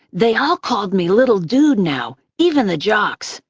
they all called me little dude now even the jocks.